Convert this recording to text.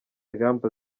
ingamba